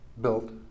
built